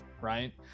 right